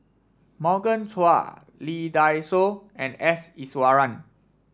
Morgan Chua Lee Dai Soh and S Iswaran